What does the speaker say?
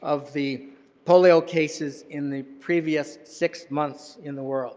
of the polio cases in the previous six months in the world.